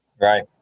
Right